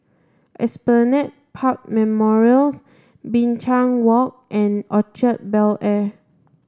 Esplanade Park Memorials Binchang Walk and Orchard Bel Air